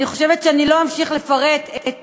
אני חושבת שאני לא אמשיך לפרט את